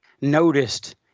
noticed